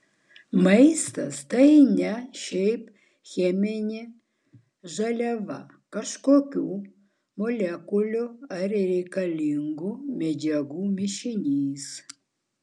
maistas tai ne šiaip cheminė žaliava kažkokių molekulių ar reikalingų medžiagų mišinys